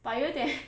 but 有一点